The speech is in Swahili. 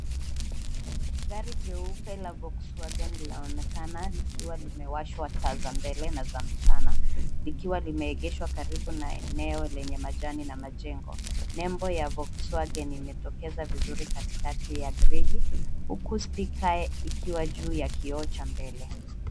Gari jeupe la volkswagen linaonekana likiwa limewashwa taa za mbele na za mchana likiwa limeegeshwa karibu na eneo lenye majani na majengo. Nembo ya volkswagen imetokeza vizuri katikati ya grili huku sticker ikiwa juu ya kioo che mbele.